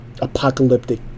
apocalyptic